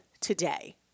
today